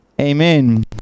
Amen